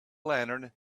lantern